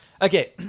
Okay